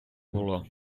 було